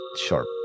sharp